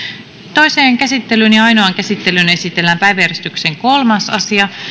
toiseen käsittelyyn ja ainoaan käsittelyyn esitellään päiväjärjestyksen kolmas asia